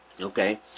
Okay